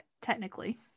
technically